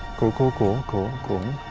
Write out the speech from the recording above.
cool cool cool cool cool.